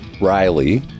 riley